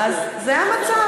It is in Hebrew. אז זה המצב,